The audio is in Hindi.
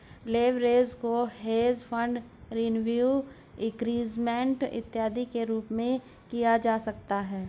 लेवरेज को हेज फंड रिवेन्यू इंक्रीजमेंट इत्यादि के रूप में प्राप्त किया जा सकता है